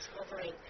discovering